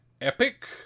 epic